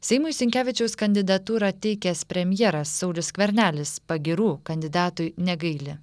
seimui sinkevičiaus kandidatūrą teikęs premjeras saulius skvernelis pagyrų kandidatui negaili